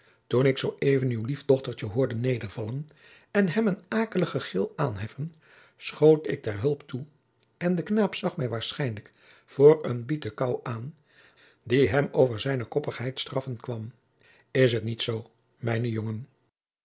toen ik zoo even uw lief dochtertje hoorde nedervallen en hem een akelig gegil aanheffen schoot ik ter hulp toe en de knaap zag mij waarschijnlijk voor een bietebaauw aan die hem over zijne koppigheid straffen kwam is het niet zoo mijn jonge